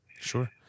Sure